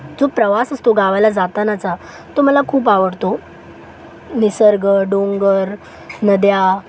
जो प्रवास असतो गावाला जातानाचा तो मला खूप आवडतो निसर्ग डोंगर नद्या